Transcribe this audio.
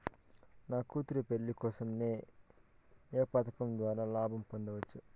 నా కూతురు పెళ్లి కోసం ఏ పథకం ద్వారా లాభం పొందవచ్చు?